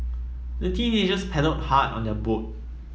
the teenagers paddled hard on their boat